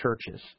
churches